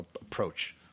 approach